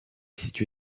situé